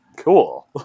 cool